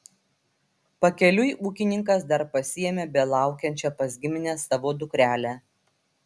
pakeliui ūkininkas dar pasiėmė belaukiančią pas gimines savo dukrelę